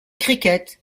cricket